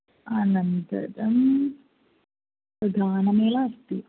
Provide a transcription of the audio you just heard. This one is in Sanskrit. अनन्तरं प्रधानमेव अस्ति